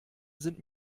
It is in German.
sind